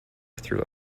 through